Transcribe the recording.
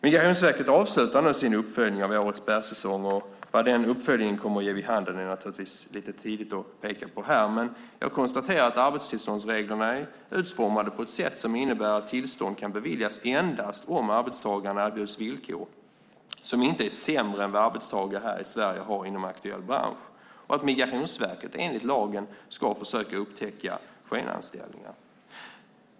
Migrationsverket avslutar nu sin uppföljning av årets bärsäsong, och vad den uppföljningen kommer att ge vid handen är naturligtvis lite tidigt att peka på här. Men jag konstaterar att arbetstillståndsreglerna är utformade på ett sätt som innebär att tillstånd kan beviljas endast om arbetstagaren erbjuds villkor som inte är sämre än vad arbetstagare här i Sverige har inom aktuell bransch och att Migrationsverket enligt lagen ska försöka upptäcka skenanställningar.